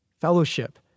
fellowship